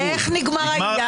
איך נגמר העניין?